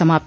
समाप्त